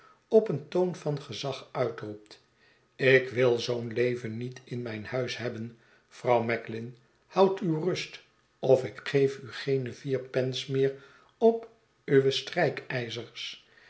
op een toon van gezag uitroept ik wil zoo'n leven niet in mijn huis hebben vrouw macklin houd uw rust of ik geef u geene vier pence meer op uwe